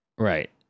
Right